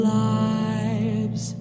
lives